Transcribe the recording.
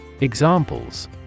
Examples